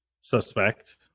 suspect